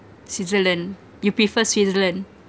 switzerland you prefer switzerland